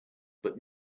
but